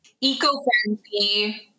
Eco-friendly